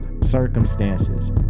circumstances